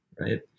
right